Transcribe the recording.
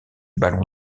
ballon